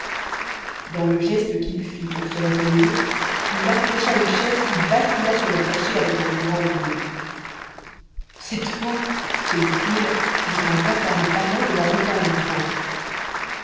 dans le geste qu'il fit pour se retenir il accrocha une chaise qui bascula sur le plancher avec un grand bruit cette fois se dit-il avec un vacarme pareil on va m'entendre enfin